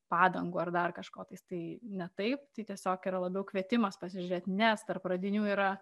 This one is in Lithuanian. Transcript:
padangų ar dar kažkotais tai ne taip tai tiesiog yra labiau kvietimas pasižiūrėti nes tarp radinių yra